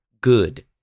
good